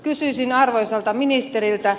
kysyisin arvoisalta ministeriltä